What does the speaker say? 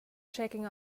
checking